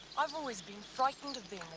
i've always been frightened of